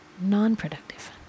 non-productive